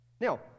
Now